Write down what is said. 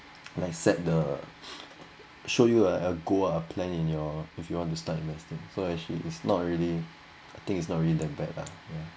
like set the show you a a goal ah or plan in your if you want to start investing so actually is not really I think it's not really that bad lah yeah